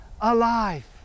alive